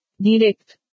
Direct